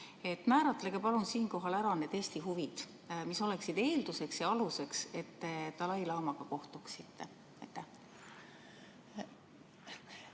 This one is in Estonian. Määratlege palun siinkohal ära need Eesti huvid, mis oleksid eelduseks ja aluseks, et te dalai-laamaga kohtuksite.